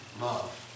love